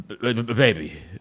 baby